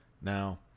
now